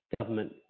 government